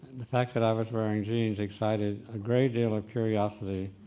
the fact that i was wearing jeans excited a great deal of curiosity